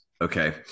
okay